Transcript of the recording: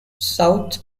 south